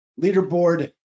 Leaderboard